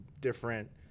different